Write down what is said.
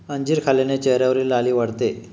अंजीर खाल्ल्याने चेहऱ्यावरची लाली वाढते